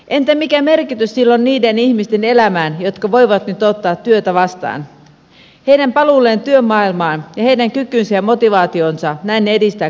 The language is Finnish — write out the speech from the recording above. entä mikä merkitys sillä on niiden ihmisten elämälle jotka voivat nyt ottaa työtä vastaan heidän paluulleen työmaailmaan ja heidän kyvylleen ja motivaatiolleen näin edistää kansantaloutta